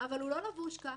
אבל הוא לא לבוש כך,